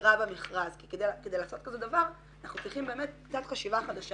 חסרה במכרז כי כדי לעשות כזה דבר אנחנו צריכים באמת קצת חשיבה חדשה,